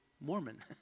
Mormon